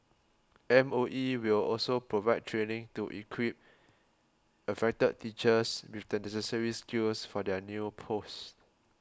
M O E will also provide training to equip affected teachers with the necessary skills for their new posts